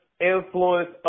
influence